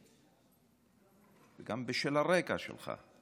גם בשל הרקע שלך.